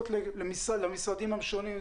המלצות למשרדים השונים,